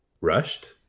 rushed